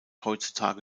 heutzutage